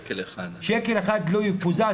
שקל אחד לא יקוזז,